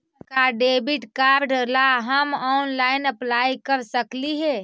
का debit card ला हम ऑनलाइन अप्लाई कर सकली हे?